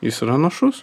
jis yra našus